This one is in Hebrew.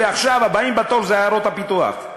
ועכשיו הבאים בתור זה עיירות הפיתוח.